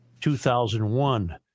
2001